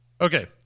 Okay